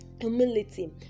humility